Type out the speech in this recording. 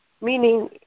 Meaning